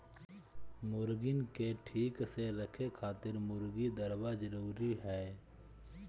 मुर्गीन के ठीक से रखे खातिर मुर्गी दरबा जरूरी हअ